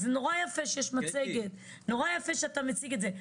אז נורא יפה שיש מצגת, נורא יפה שאתה מציג את זה.